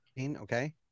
Okay